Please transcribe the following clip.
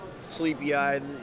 sleepy-eyed